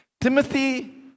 Timothy